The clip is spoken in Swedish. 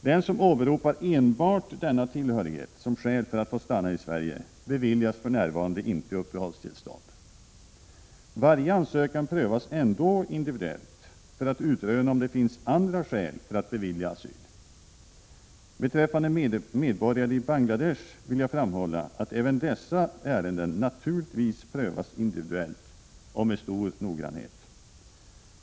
Den som åberopar enbart denna tillhörighet som skäl för att få stanna i Sverige beviljas för närvarande inte uppehållstillstånd. Varje ansökan prövas ändå individuellt för att utröna om det finns andra skäl för att bevilja asyl. Beträffande medborgare i Bangladesh vill jag framhålla att även dessa ärenden naturligtvis prövas individuellt och med stor noggrannhet.